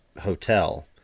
hotel